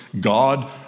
God